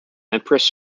empress